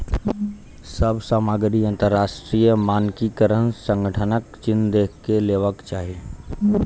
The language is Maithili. सभ सामग्री अंतरराष्ट्रीय मानकीकरण संगठनक चिन्ह देख के लेवाक चाही